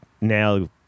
now